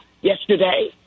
yesterday